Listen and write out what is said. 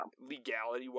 legality-wise